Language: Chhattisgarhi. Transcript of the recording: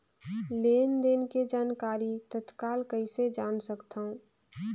लेन देन के जानकारी तत्काल कइसे जान सकथव?